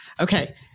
okay